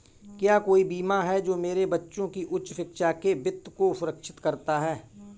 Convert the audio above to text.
क्या कोई बीमा है जो मेरे बच्चों की उच्च शिक्षा के वित्त को सुरक्षित करता है?